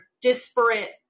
disparate